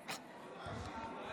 יודע.